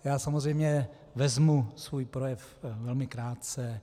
Já samozřejmě vezmu svůj projev velmi krátce.